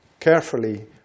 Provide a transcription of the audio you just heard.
carefully